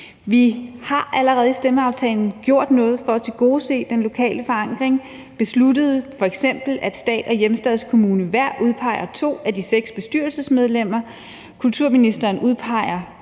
Vi har allerede i stemmeaftalen gjort noget for at tilgodese den lokale forankring. Vi besluttede f.eks., at stat og hjemstedskommune hver udpeger to af de seks bestyrelsesmedlemmer. Kulturministeren udpeger